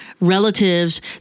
relatives